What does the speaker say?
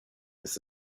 ist